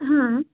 ಹಾಂ